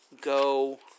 go